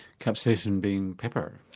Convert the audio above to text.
capsaicin being pepper,